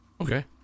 Okay